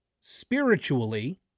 spiritually